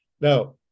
Now